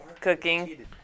cooking